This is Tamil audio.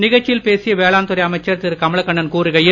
நிகழ்ச்சியில் பேசிய வேளாண் துறை அமைச்சர் திரு கமலக்கண்ணன் கூறுகையில்